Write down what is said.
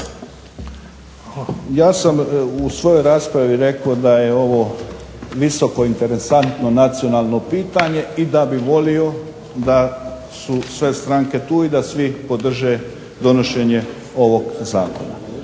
Ja sam u svojoj raspravi rekao da je ovo visoko interesantno nacionalno pitanje i da bi volio da su sve stranke tu i da svi podrže donošenje ovog zakona.